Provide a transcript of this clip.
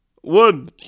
One